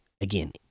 again